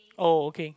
oh okay